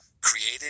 created